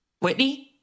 Whitney